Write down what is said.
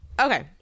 Okay